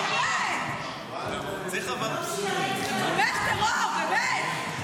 הוא תומך טרור, באמת.